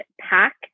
pack